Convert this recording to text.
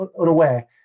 unaware